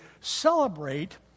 celebrate